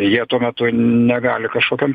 jie tuo metu negali kažkokiom